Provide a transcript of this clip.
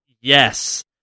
yes